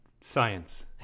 Science